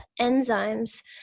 enzymes